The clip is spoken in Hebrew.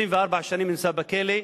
24 שנים הוא נמצא בכלא.